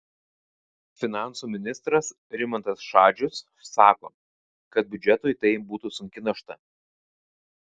finansų ministras rimantas šadžius sako kad biudžetui tai būtų sunki našta